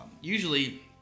usually